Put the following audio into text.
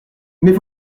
mais